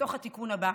לתוך התיקון הבא,